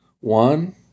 One